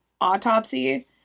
autopsy